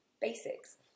basics